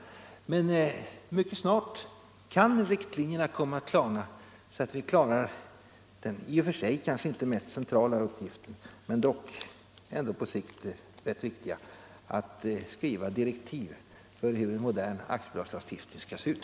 Men mycket snart kan riktlinjerna komma att klarna så att vi klarar den i och för sig kanske inte mest centrala men dock på sikt rätt viktiga uppgiften, att skriva direktiv för hur en modern aktiebolagsstiftning skall se ut.